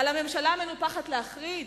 על הממשלה המנופחת להחריד?